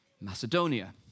Macedonia